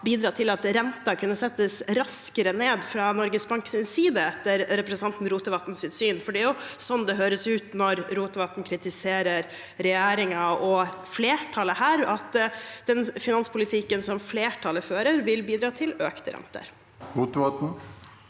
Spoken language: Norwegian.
bidratt til at renten kunne settes raskere ned fra Norges Banks side, etter representanten Rotevatn sitt syn? Det er sånn det høres ut når Rotevatn kritiserer regjeringen og flertallet her – at den finanspolitikken som flertallet fører, vil bidra til økte renter. Sveinung